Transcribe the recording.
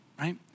right